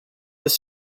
has